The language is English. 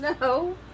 No